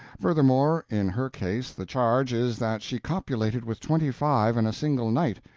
furthermore, in her case the charge is that she copulated with twenty-five in a single night,